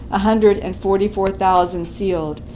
a hundred and forty-four thousand sealed,